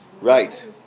Right